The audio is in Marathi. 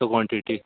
जास्त क्वांटिटी